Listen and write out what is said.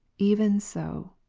even so.